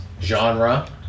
genre